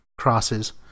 crosses